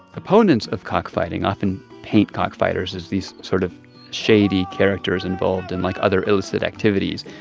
opponents of cockfighting often paint cockfighters as these sort of shady characters involved in, like, other illicit activities.